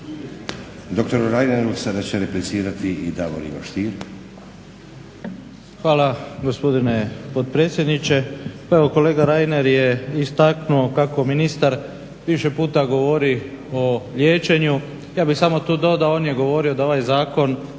Doktoru Reineru sada će replicirati i Davor Ivo Stier.